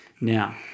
Now